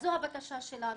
זו הבקשה שלנו.